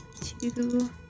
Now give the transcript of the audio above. two